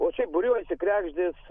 o šiaip būriuojasi kregždės